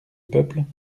peuple